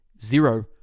zero